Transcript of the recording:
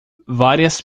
várias